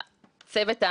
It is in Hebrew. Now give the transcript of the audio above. ביחד עם הצוות המקצועי,